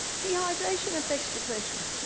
dehydration affects depression.